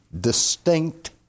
distinct